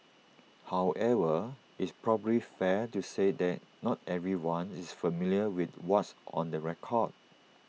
however is probably fair to say that not everyone is familiar with what's on the record